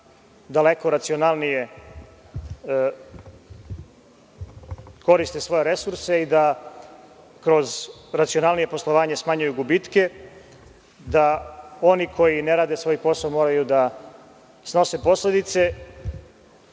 daleko racionalnije koriste svoje resurse i da kroz racionalnije poslovanje smanjuju gubitke, da oni koji ne rade svoj posao moraju da snose posledice